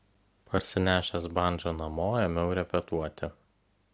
parsinešęs bandžą namo ėmiau repetuoti